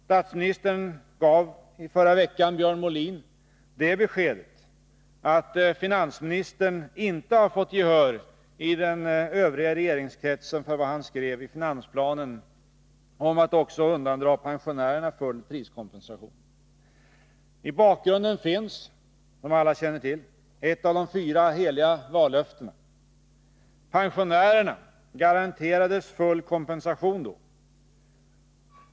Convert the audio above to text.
Statsministern gav i förra veckan Björn Molin det beskedet, att finansministern inte har fått gehör i den övriga regeringskretsen för vad han skrev i finansplanen om att också undandra pensionärerna full priskompensation. I bakgrunden finns, som alla känner till, ett av de fyra heliga vallöftena. Pensionärerna garanterades full kompensation.